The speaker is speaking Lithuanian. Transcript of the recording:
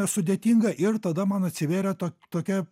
sudėtinga ir tada man atsivėrė to tokia